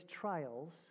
trials